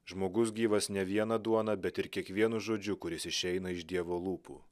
žmogus gyvas ne viena duona bet ir kiekvienu žodžiu kuris išeina iš dievo lūpų